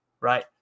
Right